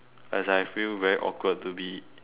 as I feel very awkward to be